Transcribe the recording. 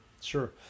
sure